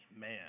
man